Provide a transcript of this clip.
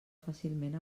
fàcilment